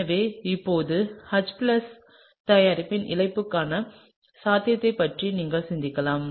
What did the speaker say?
எனவே இப்போது H தயாரிப்பின் இழப்புக்கான சாத்தியத்தைப் பற்றி நீங்கள் சிந்திக்கலாம்